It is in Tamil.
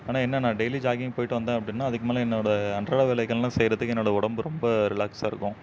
ஆனால் என்ன நான் டெய்லி ஜாகிங் போய்ட்டு வந்தேன் அப்படின்னா அதுக்கு மேலே என்னோட அன்றாட வேலைகள்லாம் செய்கிறத்துக்கு என்னோடய உடம்பு ரொம்ப ரிலாக்ஸாக இருக்கும்